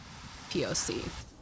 POC